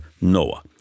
Noah